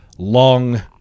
long